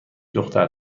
دختر